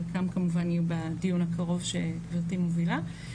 חלקם כמובן יהיו בדיון הקרוב גברתי מובילה.